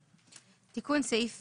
כי קודם סעיף